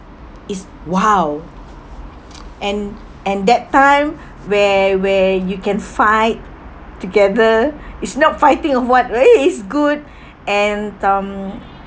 is !wow! and and that time where where you can fight together it's not fighting of what race is good and um